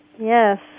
Yes